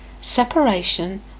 separation